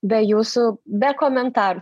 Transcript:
be jūsų be komentarų